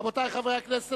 רבותי חברי הכנסת,